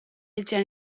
etxean